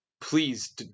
please